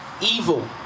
Evil